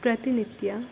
ಪ್ರತಿನಿತ್ಯ